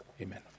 Amen